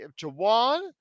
Jawan